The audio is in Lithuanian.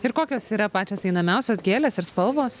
ir kokios yra pačios įdomiausios gėlės ir spalvos